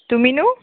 তুমিনো